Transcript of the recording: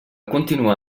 continuar